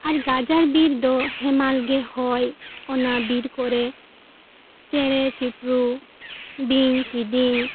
ᱟᱨ ᱜᱟᱡᱟᱲ ᱵᱤᱨ ᱫᱚ ᱦᱮᱢᱟᱞ ᱜᱮ ᱦᱚᱭ ᱚᱱᱟ ᱵᱤᱨ ᱠᱚᱨᱮ ᱪᱮᱬᱮ ᱪᱤᱯᱨᱩᱫ ᱵᱤᱧ ᱠᱤᱫᱤᱢ